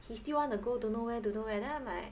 he still want to go dunno where dunno where then I'm like